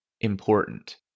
important